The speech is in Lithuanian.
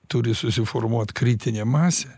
turi susiformuot kritinė masė